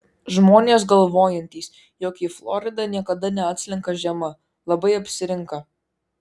žmonės galvojantys jog į floridą niekada neatslenka žiema labai apsirinka